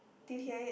did you hear it